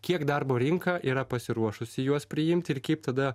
kiek darbo rinka yra pasiruošusi juos priimti ir kaip tada